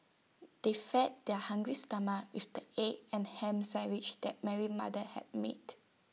they fed their hungry stomachs with the egg and Ham Sandwiches that Mary mother had made